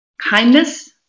kindness